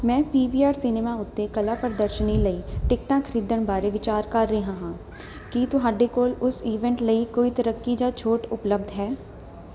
ਮੈਂ ਪੀ ਵੀ ਆਰ ਸਿਨੇਮਾ ਉੱਤੇ ਕਲਾ ਪ੍ਰਦਰਸ਼ਨੀ ਲਈ ਟਿਕਟਾਂ ਖਰੀਦਣ ਬਾਰੇ ਵਿਚਾਰ ਕਰ ਰਿਹਾ ਹਾਂ ਕੀ ਤੁਹਾਡੇ ਕੋਲ ਉਸ ਈਵੈਂਟ ਲਈ ਕੋਈ ਤਰੱਕੀ ਜਾਂ ਛੋਟ ਉਪਲੱਬਧ ਹੈ